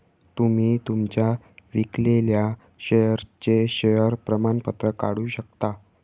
तुम्ही तुमच्या विकलेल्या शेअर्सचे शेअर प्रमाणपत्र काढू शकता